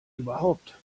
überhaupt